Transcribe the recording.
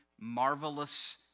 marvelous